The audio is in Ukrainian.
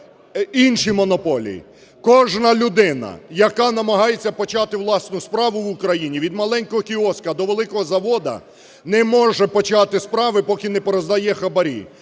інші монополії. Кожна людина, яка намагається почати власну справу в Україні, від маленького кіоску до великого заводу, не може почати справу, поки не пороздає хабарі.